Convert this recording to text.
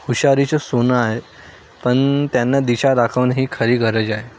हुशारीचं सोनं आहे पण त्यांना दिशा दाखवणं ही खरी गरज आहे